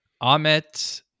Ahmet